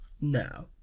No